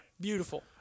Beautiful